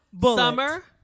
summer